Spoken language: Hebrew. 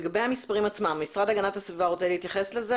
לגבי המספרים עצמם המשרד להגנת הסביבה רוצה להתייחס לזה,